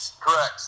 correct